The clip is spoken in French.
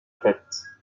tête